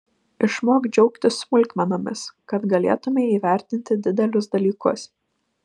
išmok džiaugtis smulkmenomis kad galėtumei įvertinti didelius dalykus